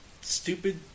stupid